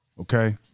okay